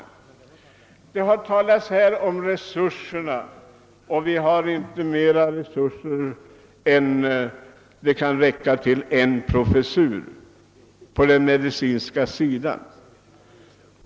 Det har sagts här att resurserna inte räcker till mer än en professur på den medicinska sidan.